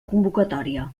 convocatòria